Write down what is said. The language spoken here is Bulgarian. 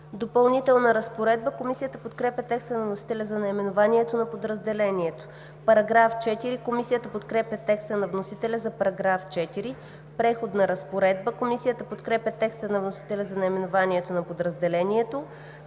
„Допълнителна разпоредба“. Комисията подкрепя текста на вносителя за наименованието на подразделението. Комисията подкрепя текста на вносителя за § 4. „Преходна разпоредба“. Комисията подкрепя текста на вносителя за наименованието на подразделението.